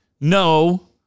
No